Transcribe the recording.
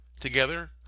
together